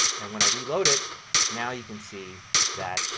and when i reload it now you can see that